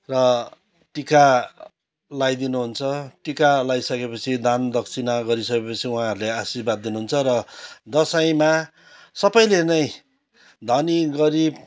र टिका लगाइदिनु हुन्छ टिका लगाइसकेपछि दान दक्षिणा गरी सकेपछि उहाँहरूले आशीर्वाद दिनुहुन्छ र दसैँमा सबैले नै धनी गरिब